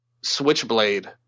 switchblade